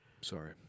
Sorry